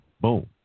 Boom